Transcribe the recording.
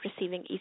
receiving